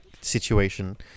situation